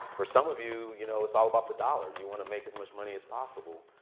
for some of you, you know it's all about the dollar. you want to make as much money as possible.